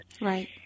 Right